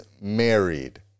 married